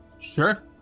Sure